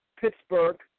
Pittsburgh